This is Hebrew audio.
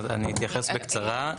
אני אתייחס בקצרה.